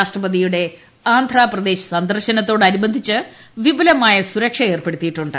രാഷ്ട്രപതിയുടെ ആന്ധ്രപ്രദേശ് സന്ദർശനത്തോട് അനുബന്ധിച്ച് വിപുലമായ സുരക്ഷ ഏർപ്പെടുത്തിയിട്ടുണ്ട്